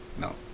no